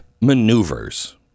maneuvers